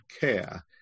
care